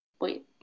Wait